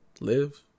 live